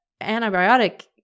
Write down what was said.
antibiotic